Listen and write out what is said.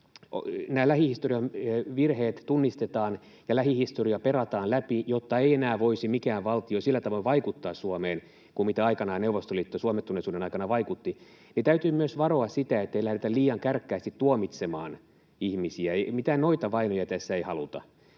nämä lähihistorian virheet tunnistetaan ja lähihistoria perataan läpi, jotta ei enää voisi mikään valtio sillä tavoin vaikuttaa Suomeen kuin aikoinaan Neuvostoliitto suomettuneisuuden aikana vaikutti, täytyy myös varoa, ettei lähdetä liian kärkkäästi tuomitsemaan ihmisiä. Mitään noitavainoja tässä ei haluta.